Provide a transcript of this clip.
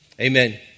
Amen